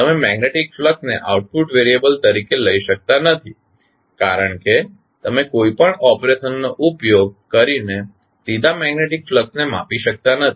તમે મેગ્નેટિક ફ્લક્સને output variable તરીકે લઈ શકતા નથી કારણ કે તમે કોઈપણ ઓપરેશન નો ઉપયોગ કરીને સીધા મેગ્નેટિક ફ્લક્સને માપી શકતા નથી